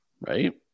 right